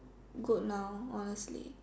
good now honestly